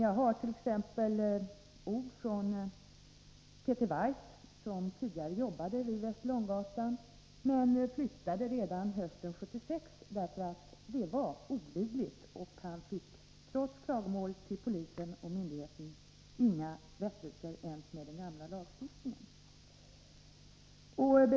Jag hart.ex. hört från Peter Weiss, som tidigare jobbade vid Västerlånggatan, att han flyttade redan hösten 1976 därför att förhållandena var olidliga och han, trots klagomål till polis och myndigheter, inte fick rättelser till stånd ens med den gamla lagstiftningen.